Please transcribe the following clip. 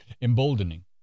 emboldening